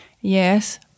Yes